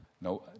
No